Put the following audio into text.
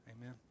Amen